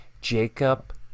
Jacob